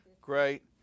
Great